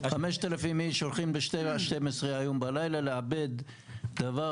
5,000 איש הולכים היום ב-12 בלילה לאבד דבר